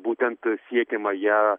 būtent siekiama ja